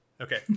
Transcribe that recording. Okay